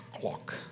clock